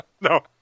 No